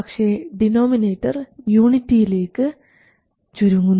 പക്ഷേ ഡിനോമിനേറ്റർ യൂണിറ്റിയിലേക്ക് ചുരുങ്ങുന്നു